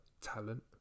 talent